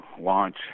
launch